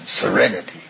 serenity